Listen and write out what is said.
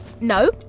No